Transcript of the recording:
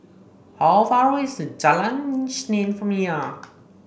how far away is Jalan Isnin from here